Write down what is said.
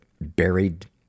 buried